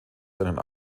seinen